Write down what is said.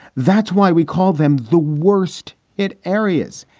that's why we call them the worst hit areas.